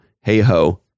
hey-ho